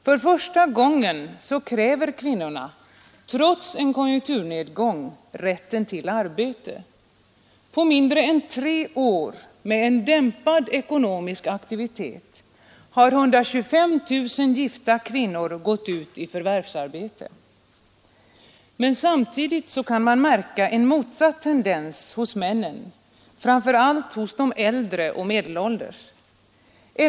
För första gången kräver kvinnorna — trots en konjunkturnedgång — rätten till arbete. På mindre än tre år med en dämpad ekonomisk aktivitet har 125 000 gifta kvinnor gått ut i förvärvsarbete. Men samtidigt kan man märka en motsatt tendens hos männen, framför allt hos de äldre och medelålders.